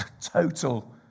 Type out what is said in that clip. total